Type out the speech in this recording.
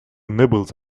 nibbles